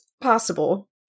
possible